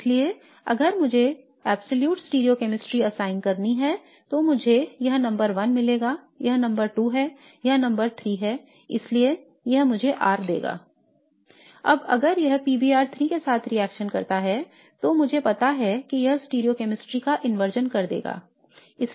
इसलिए अगर मुझे पूर्ण स्टीरियॉकेमिस्ट्री असाइन करनी है तो मुझे यह नंबर 1 मिलेगा यह नंबर 2 है यह नंबर 3 है इसलिए यह मुझे R देगा I अब अगर यह PBr3 के साथ रिएक्शन करता है तो मुझे पता है कि यह स्टीरियोकैमिस्ट्री का इंवर्जन कर देगा